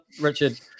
Richard